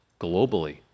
globally